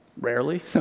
Rarely